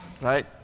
Right